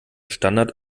standard